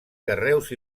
carreus